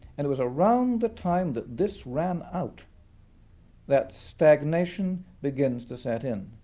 and it was around the time that this ran out that stagnation began to set in.